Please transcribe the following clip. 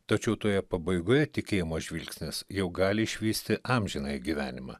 tačiau toje pabaigoje tikėjimo žvilgsnis jau gali išvysti amžinąjį gyvenimą